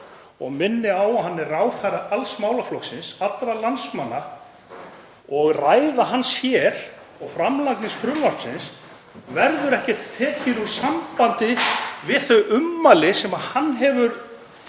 minni ég á að hann er ráðherra alls málaflokksins, allra landsmanna, og ræða hans hér og framlagning frumvarpsins verður ekki tekin úr sambandi við þau ummæli sem hann hefur